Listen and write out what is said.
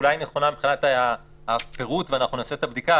אולי היא נכונה מבחינת הפירוט ואנחנו נעשה את הבדיקה,